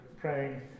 praying